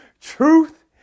Truth